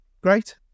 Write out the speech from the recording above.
great